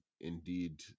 indeed